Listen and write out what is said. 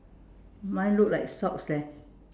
mine look like socks leh